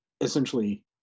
essentially